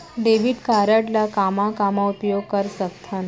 Debit card ला कामा कामा उपयोग कर सकथन?